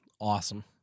Awesome